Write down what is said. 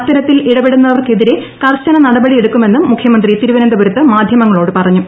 അത്തരത്തിൽ ഇടപെടുക്കുന്നവർക്കെതിരെ കർശന നടപടിയെടുക്കുമെന്നും മുഖ്യമന്ത്രി തിരുവനന്തപുരത്ത് മാധ്യമങ്ങളോട് പറഞ്ഞു